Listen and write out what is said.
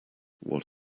what